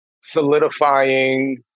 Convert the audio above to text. Solidifying